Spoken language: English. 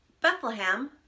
Bethlehem